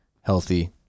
healthy